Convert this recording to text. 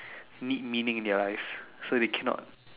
need meaning in their life so they cannot